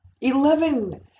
Eleven